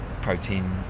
protein